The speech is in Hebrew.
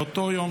באותו יום,